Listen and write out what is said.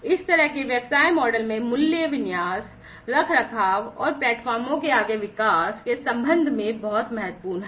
इस तरह के व्यवसाय मॉडल में मूल्य विन्यास रखरखाव और प्लेटफार्मों के आगे विकास के संबंध में बहुत महत्वपूर्ण हैं